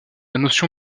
notion